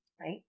right